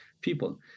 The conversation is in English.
people